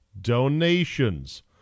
donations